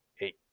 eight